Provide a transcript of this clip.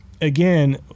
again